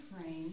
frame